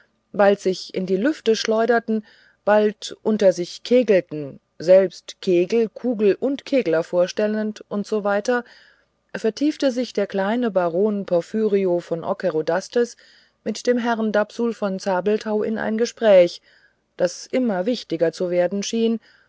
bald sich in die lüfte schleuderten bald unter sich kegelten selbst kegel kugel und kegler vorstellend u s w vertiefte sich der kleine baron porphyrio von ockerodastes mit dem herrn dapsul von zabelthau in ein gespräch das immer wichtiger zu werden schien